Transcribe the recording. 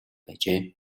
байжээ